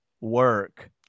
work